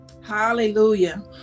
Hallelujah